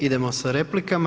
Idemo sa replikama.